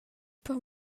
per